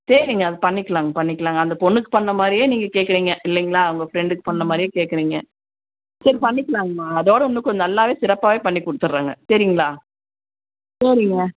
சரிங்க அது பண்ணிக்கலாங்க பண்ணிக்கலாங்க அந்த பொண்ணுக்கு பண்ண மாதிரியே நீங்கள் கேட்குறீங்க இல்லைங்களா உங்கள் ஃப்ரெண்டுக்கு பண்ண மாதிரியே கேட்குறீங்க சரி பண்ணிக்கலாங்கம்மா அதோட இன்னும் கொஞ்சம் நல்லாவே சிறப்பாகவே பண்ணி கொடுத்தட்றங்க சரிங்களா சரிங்க